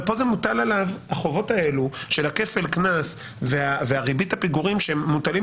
הכפל קנס שהם מטילים